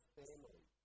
family